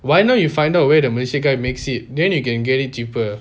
why not you find out where the malaysia guy makes it then you can get it cheaper